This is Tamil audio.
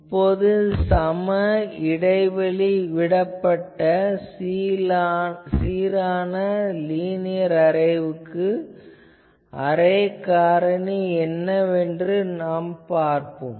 இப்போது சம இடைவெளி விடப்பட்ட சீரான லினியர் அரேவுக்கு அரே காரணி என்ன என்று பார்ப்போம்